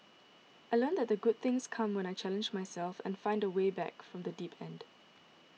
I learnt that good things come when I challenge myself and find my way back from the deep end